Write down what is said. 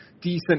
decent